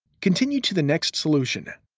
continue to the next solution.